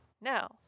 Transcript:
Now